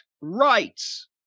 rights